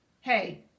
hey